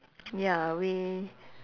ya we